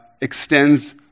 extends